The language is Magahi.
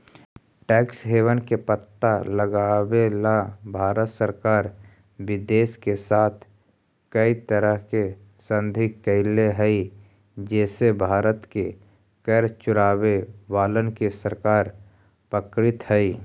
टैक्स हेवन के पता लगावेला भारत सरकार विदेश के साथ कै तरह के संधि कैले हई जे से भारत के कर चोरावे वालन के सरकार पकड़ित हई